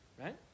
Right